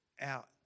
out